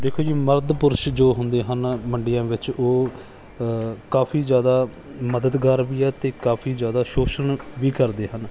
ਦੇਖੋ ਜੀ ਮਰਦ ਪੁਰਸ਼ ਜੋ ਹੁੰਦੇ ਹਨ ਮੰਡੀਆਂ ਵਿੱਚ ਉਹ ਕਾਫੀ ਜ਼ਿਆਦਾ ਮਦਦਗਾਰ ਵੀ ਹੈ ਅਤੇ ਕਾਫੀ ਜ਼ਿਆਦਾ ਸ਼ੋਸ਼ਣ ਵੀ ਕਰਦੇ ਹਨ